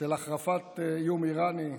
החרפת האיום האיראני,